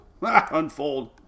Unfold